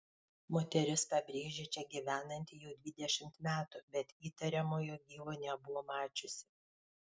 moteris pabrėžia čia gyvenanti jau dvidešimt metų bet įtariamojo gyvo nebuvo mačiusi